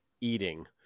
eating